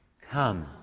Come